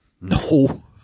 No